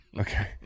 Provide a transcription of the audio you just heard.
Okay